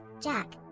jack